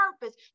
purpose